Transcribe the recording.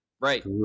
right